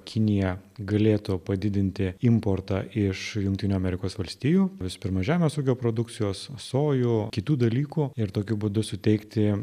kinija galėtų padidinti importą iš jungtinių amerikos valstijų visų pirma žemės ūkio produkcijos sojų kitų dalykų ir tokiu būdu suteikti